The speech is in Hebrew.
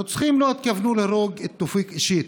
הרוצחים לא התכוונו להרוג את תאופיק אישית,